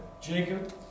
Jacob